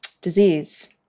disease